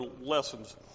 lessons